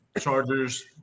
chargers